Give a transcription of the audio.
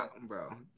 bro